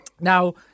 Now